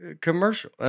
commercial